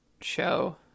show